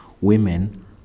Women